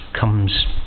comes